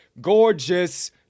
gorgeous